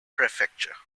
prefecture